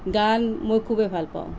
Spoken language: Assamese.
গান মোৰ খুবেই ভাল পাওঁ